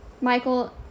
Michael